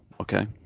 Okay